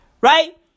Right